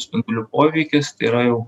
spindulių poveikis tai yra jau